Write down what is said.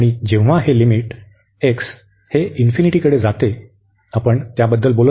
आणि जेव्हा हे लिमिट x इन्फिनिटीकडे जाते आपण त्याबद्दल बोलत आहोत